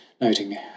noting